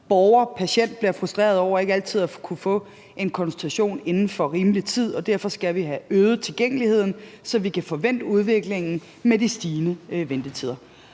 borger eller patient bliver frustreret over ikke altid at kunne få en konsultation inden for rimelig tid, og derfor skal vi have øget tilgængeligheden, så vi kan få vendt udviklingen med de stigende ventetider.